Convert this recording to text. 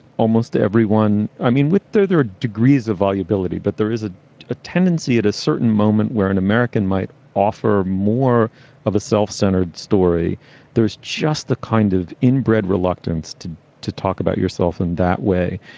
almost everyone, i mean, with their degrees of volubility. but there is ah a tendency at a certain moment where an american might offer more of a self-centred story there's just the kind of inbred reluctance to to talk about yourself in that way,